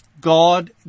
God